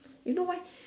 you know why